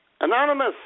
Anonymous